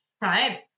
right